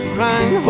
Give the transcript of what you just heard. crying